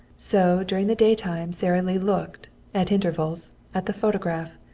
so during the daytime sara lee looked at intervals at the photograph,